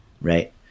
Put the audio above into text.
right